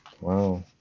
Wow